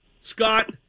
Scott